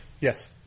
Yes